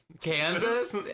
Kansas